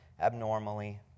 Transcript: abnormally